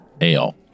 Ale